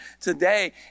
today